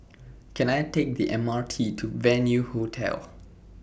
Can I Take The M R T to Venue Hotel